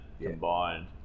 combined